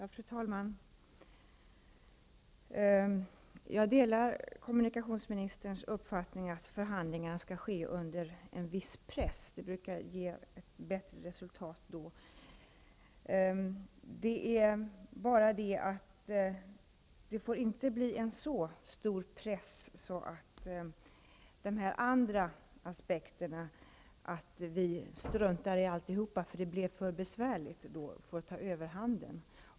Fru talman! Jag delar kommunikationsministerns uppfattning att förhandlingar skall ske under en viss press. Det brukar bli bättre resultat då. Men pressen får inte bli så stor att andra aspekter, innebärande att vi struntar i alltihopa därför att det blir alltför besvärligt, tar överhand.